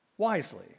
Wisely